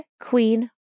queen